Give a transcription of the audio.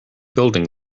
building